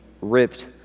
ripped